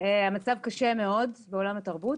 המצב קשה מאוד בעולם התרבות.